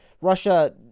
Russia